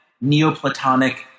Neoplatonic